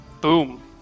Boom